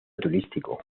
turístico